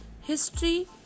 history